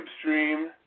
stream